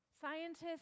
Scientists